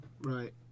right